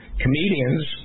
comedians